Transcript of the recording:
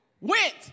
went